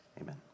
Amen